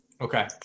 Okay